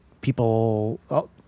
People